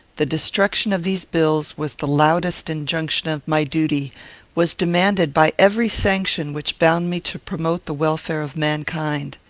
the destruction of these bills was the loudest injunction of my duty was demanded by every sanction which bound me to promote the welfare of mankind.